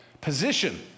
position